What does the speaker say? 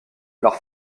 leurs